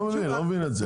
לא מבין את זה.